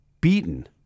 beaten